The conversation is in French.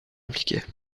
impliqués